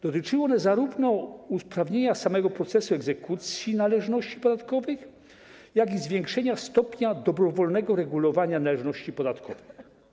Dotyczyły one zarówno usprawnienia samego procesu egzekucji należności podatkowych, jak i zwiększenia stopnia dobrowolnego regulowania należności podatkowych.